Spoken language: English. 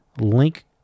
Link